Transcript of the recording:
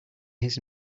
his